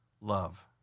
love